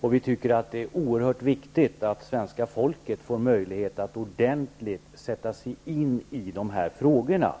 Vi tycker att det är oerhört viktigt att svenska folket får möjlighet att ordentligt sätta sig in i den här frågorna.